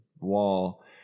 wall